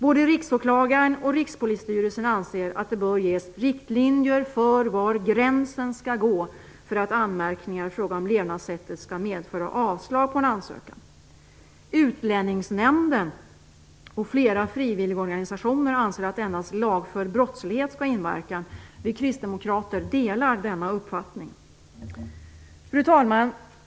Både Riksåklagaren och Rikspolisstyrelsen anser att det bör ges riktlinjer för var gränsen skall gå för att anmärkningar i fråga om levnadssättet skall medföra avslag på en ansökan. Utlänningsnämnden och flera frivilligorganisationer anser att endast lagförd brottslighet skall ha inverkan. Vi kristdemokrater delar denna uppfattning. Fru talman!